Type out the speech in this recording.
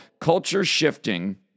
culture-shifting